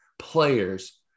players